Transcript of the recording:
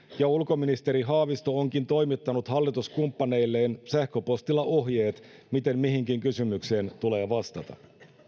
ja ulkoministeri haavisto onkin toimittanut hallituskumppaneilleen sähköpostilla ohjeet miten mihinkin kysymykseen tulee vastata